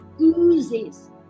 oozes